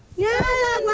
yeah.